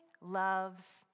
loves